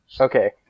Okay